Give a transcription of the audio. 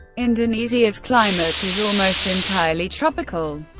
indonesia's climate is almost entirely tropical,